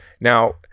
now